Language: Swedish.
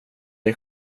dig